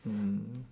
mm